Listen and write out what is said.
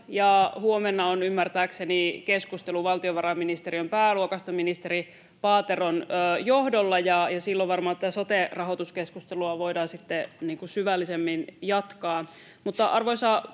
ymmärtääkseni keskustelu valtiovarainministeriön pääluokasta ministeri Paateron johdolla, ja silloin varmaan tätä sote-rahoituskeskustelua voidaan sitten syvällisemmin jatkaa.